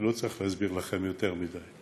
אני לא צריך להסביר לכם יותר מדי.